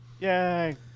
Yay